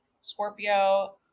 Scorpio